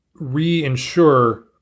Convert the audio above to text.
reinsure